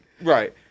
Right